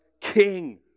king